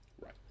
Right